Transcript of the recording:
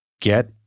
Get